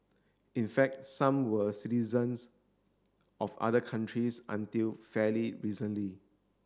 in fact some were citizens of other countries until fairly recently